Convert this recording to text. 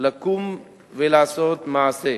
לקום ולעשות מעשה,